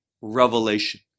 revelation